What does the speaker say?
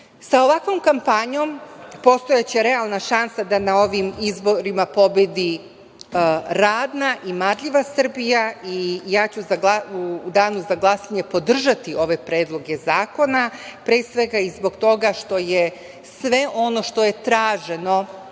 ovakvom kampanjom postojaće realna šansa da na ovim izborima pobedi radna i marljiva Srbija. Ja ću u danu za glasanje podržati ove predloge zakona, pre svega i zbog toga što je sve ono što je traženo